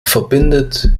verbindet